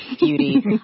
beauty